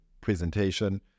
presentation